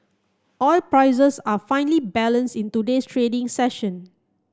oil prices are finely balanced in today's trading session